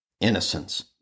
innocence